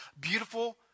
beautiful